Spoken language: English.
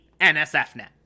NSFNet